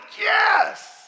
yes